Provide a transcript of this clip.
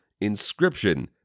Inscription